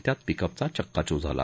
त्यात पिकअपचा चक्काचूर झाला